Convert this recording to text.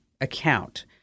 account